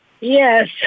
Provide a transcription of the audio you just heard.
Yes